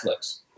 Netflix